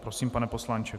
Prosím, pane poslanče.